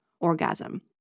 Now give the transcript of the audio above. orgasm